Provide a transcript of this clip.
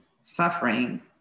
suffering